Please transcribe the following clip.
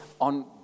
on